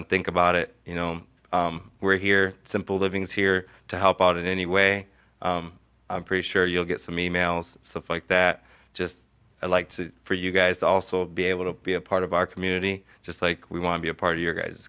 on think about it you know we're here simple living is here to help out in any way i'm pretty sure you'll get some e mails so fight that just like to for you guys also be able to be a part of our community just like we want to be a part of your guys